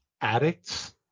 addicts